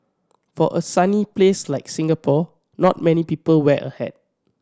for a sunny place like Singapore not many people wear a hat